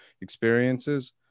experiences